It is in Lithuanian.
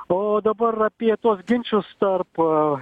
o dabar apie tuos ginčus tarp